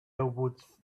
elbowed